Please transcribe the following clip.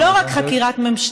תודה רבה לחברת הכנסת תמר זנדברג.